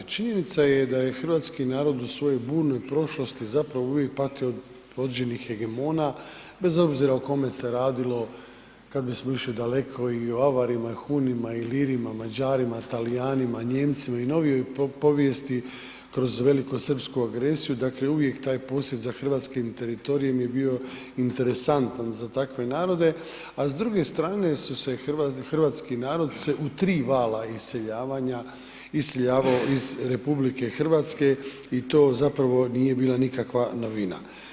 Činjenica je da je hrvatski narod u svojoj burnoj prošlosti zapravo uvijek patio od određenih hegemona bez obzira o kome se radilo, kad bismo išli daleko i o Avarima, Hunima, Ilirima, Mađarima, Talijanima, Nijemcima i novijoj povijesti kroz velikosrpsku agresiju, dakle uvijek taj posjed za hrvatskim teritorijem je bio interesantan za takve narode, a s druge strane su se, hrvatski narod se u 3 vala iseljavanja iseljavao iz RH i to zapravo nije bila nikakva novina.